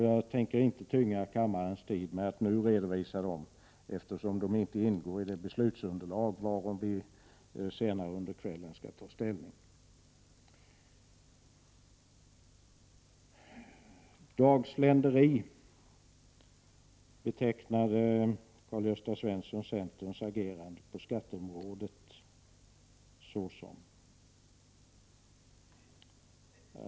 Jag tänker inte tynga kammarens tid med att nu redovisa dem, eftersom de inte ingår i det beslutsunderlag som vi senare under kvällen skall ta ställning till. Som dagsländeri betecknade Karl-Gösta Svenson centerns agerande på skatteområdet.